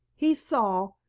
he saw,